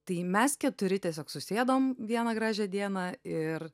tai mes keturi tiesiog susėdom vieną gražią dieną ir